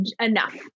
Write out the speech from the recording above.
enough